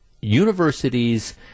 universities